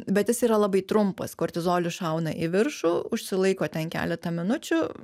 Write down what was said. bet jis yra labai trumpas kortizolis šauna į viršų užsilaiko ten keletą minučių